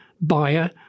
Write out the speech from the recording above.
buyer